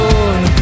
Lord